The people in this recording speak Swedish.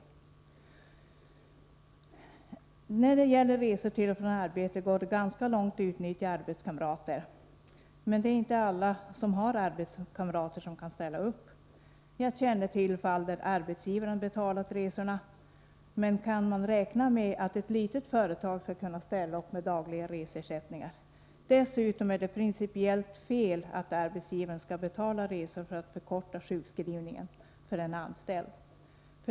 När det gäller resor till och från arbetet går det att i ganska stor utsträckning utnyttja arbetskamrater, men det är inte alla som har arbetskamrater som kan ställa upp. Jag känner till fall där arbetsgivaren betalat resorna. Men kan man räkna med att ett litet företag skall kunna ställa upp med dagliga resersättningar? Dessutom är det principiellt fel att arbetsgivaren skall betala resor för att förkorta sjukskrivningen för en anställd.